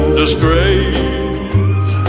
disgrace